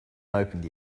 opened